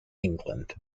england